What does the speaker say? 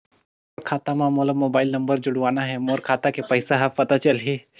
मोर खाता मां मोला मोबाइल नंबर जोड़वाना हे मोर खाता के पइसा ह पता चलाही?